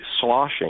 sloshing